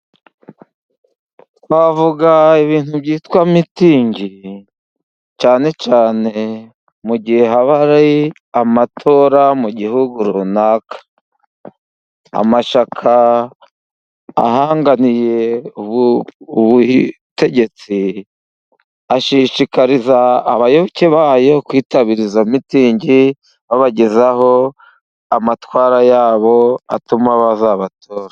Bavuga ibintu byitwa mitingi, cyane cyane mu gihe haba hari amatora mu gihugu runaka, amashyaka ahanganiye ubutegetsi, ashishikariza abayoboke bayo kwitabira izo mitingi, babagezaho amatwara yabo atuma bazabatora.